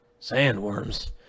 Sandworms